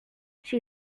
she